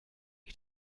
you